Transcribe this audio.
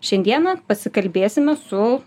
šiandieną pasikalbėsime su